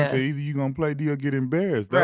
ah either you gonna play d or get embarrassed.